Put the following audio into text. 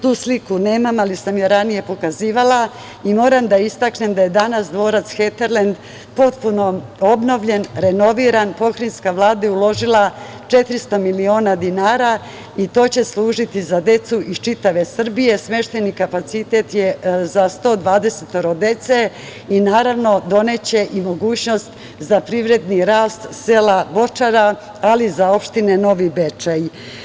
Tu sliku nemam, ali sam je ranije pokazivala, i moram da istaknem da je danas dvorac „Heterlend“, potpuno obnovljen i renoviran i Pokrajinska Vlada je uložila 400 miliona dinara i to će služiti za decu iz čitave Srbije, a smeštajni kapacitet je za 120 dece i naravno, doneće i mogućnost za privredni rast sela Bočara, ali i za opštinu Novi Bečej.